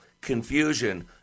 confusion